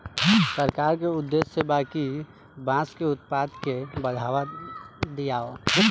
सरकार के उद्देश्य बा कि बांस के उत्पाद के बढ़ावा दियाव